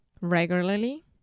Regularly